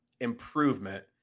improvement